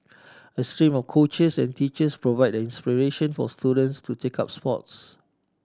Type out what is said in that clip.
a stream of coaches and teachers provide the inspiration for students to take up sports